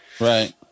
right